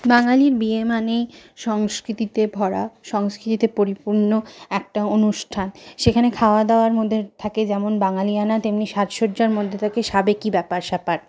বাঙালির বিয়ে মানেই সংস্কৃতিতে ভরা সংস্কৃতিতে পরিপূর্ণ একটা অনুষ্ঠান সেখানে খাওয়া দাওয়ার মধ্যে থাকে যেমন বাঙালিয়ানা তেমনি সাজসজ্জার মধ্যে থাকে সাবেকি ব্যাপার স্যাপার